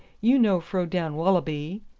you no fro down wallaby.